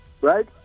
Right